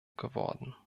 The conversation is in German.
geworden